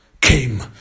came